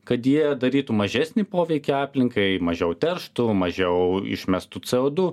kad jie darytų mažesnį poveikį aplinkai mažiau terštų mažiau išmestų co du